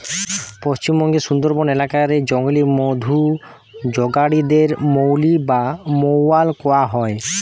পশ্চিমবঙ্গের সুন্দরবন এলাকা রে জংলি মধু জগাড়ি দের মউলি বা মউয়াল কয়া হয়